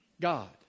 God